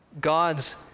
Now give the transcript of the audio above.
God's